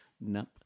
No